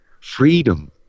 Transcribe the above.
freedom